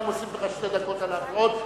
אני מוסיף לך שתי דקות על ההפרעות.